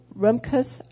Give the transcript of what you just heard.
Rumkus